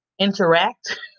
interact